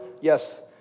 Yes